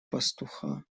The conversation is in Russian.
пастуха